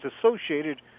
associated